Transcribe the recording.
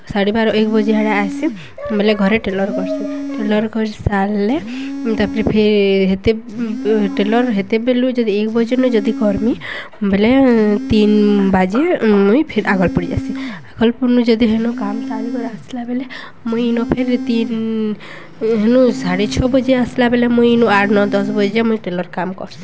ସାଢ଼େ ବାର ଏକ୍ ବଜେ ଆଡ଼େ ଆଏସି ବଲେ ଘରେ ଟେଲର୍ କର୍ସି ଟେଲର୍ କରିସାର୍ଲେ ତା'ପରେ ଫେର୍ ହେତେ ଟେଲର୍ ହେତେ ବେଲୁ ଯଦି ଏକ୍ ବଜେନୁ ଯଦି କର୍ମି ବଲେ ତିନ୍ ବଜେ ମୁଇଁ ଫେର୍ ଆଗଲ୍ପୁର୍ ଯାଏସି ଆଗଲ୍ପୁର୍ନୁ ଯଦି ହେନୁ କାମ୍ ସାରିକରି ଆସ୍ଲା ବେଲ୍କେ ମୁଇଁ ଇନ ଫେର୍ ତିନ୍ ହେନୁ ସାଢ଼େ ଛଅ ବଜେ ଆସ୍ଲା ବେଲେ ମୁଇଁ ଇନୁ ଆଠ୍ ନଅ ଦଶ୍ ବଜେ ମୁଇଁ ଟେଲର୍ କାମ୍ କର୍ସି